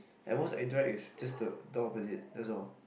at most I dread is just the door opposite that's all